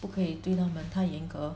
不可以对他们太严格